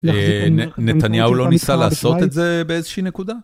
נתניהו לא ניסה לעשות את זה באיזושהי נקודה?